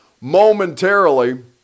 momentarily